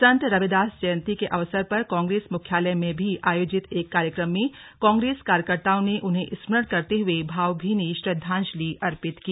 सन्त रविदास जयन्ती के अवसर पर कांग्रेस मुख्यालय में भी आयोजित एक कार्यक्रम में कांग्रेस कार्यकर्ताओं ने उन्हें स्मरण करते हुए भावभीनी श्रद्वाजंलि अर्पित की